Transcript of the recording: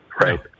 right